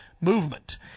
movement